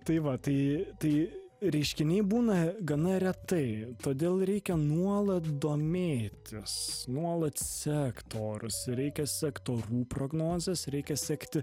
tai va tai tai reiškiniai būna gana retai todėl reikia nuolat domėtis nuolat sekti orus reikia sekt orų prognozes reikia sekti